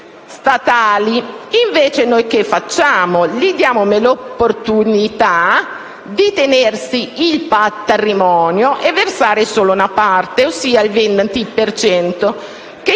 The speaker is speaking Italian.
statali. Invece noi che facciamo? Diamo loro l'opportunità di tenersi il patrimonio e di versarne solo una parte, ossia il 20 per